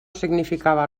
significava